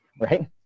right